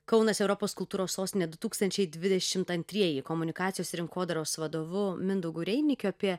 kaunas europos kultūros sostinė du tūkstančiai dvidešimt antrieji komunikacijos rinkodaros vadovu mindaugu reinikiu apie